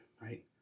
right